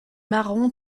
marron